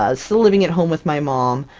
ah still living at home with my mom,